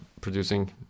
producing